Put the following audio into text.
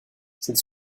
cette